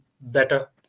better